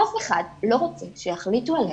אף אחד לא רוצה שיחליטו עליך.